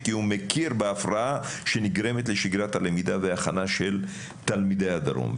כי הוא מכיר בהפרעה שנגרמת לשגרת הלמידה וההכנה של תלמידי הדרום,